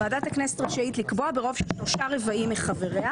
ועדת הכנסת רשאית לקבוע ברוב של שלושה רבעים מחבריה,